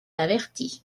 averti